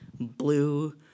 blue